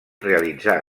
realitzà